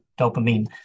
dopamine